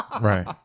Right